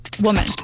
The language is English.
woman